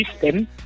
system